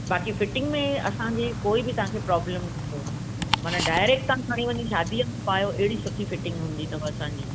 बाक़ी फिटिंग में असांजी कोई बि तव्हांखे प्रोबलम न ईंदो माना डारेक्ट तव्हां खणी वञी शादीअ में पायो एॾी सुठी फिटिंग हूंदी अथव असांजी